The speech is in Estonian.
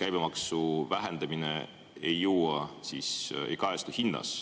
käibemaksu vähendamine ei kajastu hinnas.